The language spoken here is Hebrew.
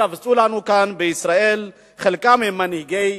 התקבצו לנו כאן בישראל, חלקם הם מנהיגי